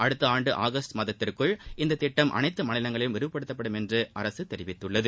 அடுத்த ஆண்டு ஆகஸ்ட் மாதத்திற்குள் இத்திட்டம் அனைத்து மாநிலங்களிலும் விரிவுபடுத்தப்படும் என்று அரசு கூறியுள்ளது